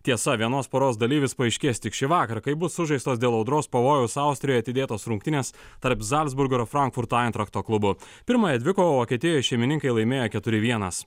tiesa vienos poros dalyvis paaiškės tik šį vakarą kai bus sužaistos dėl audros pavojaus austrijoje atidėtos rungtynės tarp zalcburgo ir frankfurto eintrakchto klubų pirmąją dvikovą vokietijoj šeimininkai laimėjo keturi vienas